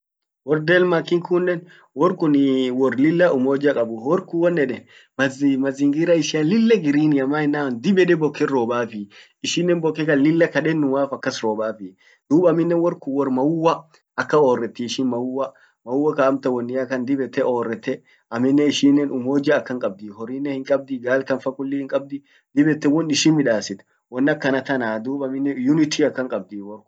Wor Denmark kunnen, wor kun wor lilla umoja kabu. Wor kun won eden mazi, mazingira ishian lilla green iya. Maenan dib ede bokken robafi .ishinen bokke kan lilla kadenumaf robafi. Dub amminen wor kun wor mauwa akan orreti ishin. Mauwa kaamtan wonia kan dib ete orrete ,amminen ishinen umoja akan kabdi. horrinen hinkabdi, gal kan fa kulli hinkabdi, dib ete won ishinmidasit won akana tanaa dub amminen unity akan kabdi.